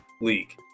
league